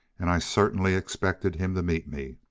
and i certainly expected him to meet me.